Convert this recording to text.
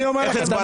איך הצבעת?